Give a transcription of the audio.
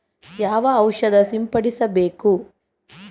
ಯಾವ ಔಷಧ ಸಿಂಪಡಿಸಬೇಕು?